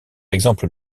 exemple